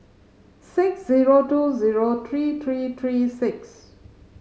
six zero two zero three three three six